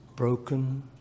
Broken